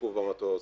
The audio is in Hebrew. העיכוב במטוס,